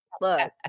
look